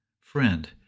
friend